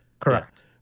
Correct